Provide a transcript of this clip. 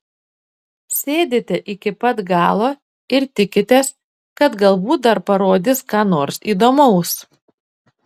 sėdite iki pat galo ir tikitės kad galbūt dar parodys ką nors įdomaus